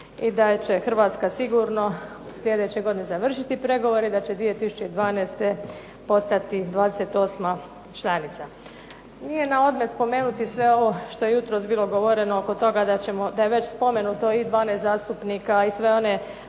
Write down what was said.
i da će Hrvatska sigurno sljedeće godine završiti pregovore i da će 2012. postati 28 članica. Nije na odmet spomenuti sve ovo što je jutros bilo govoreno oko toga, da je već spomenuto i 12 zastupnika i sve one